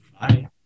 Bye